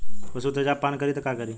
पशु तेजाब पान करी त का करी?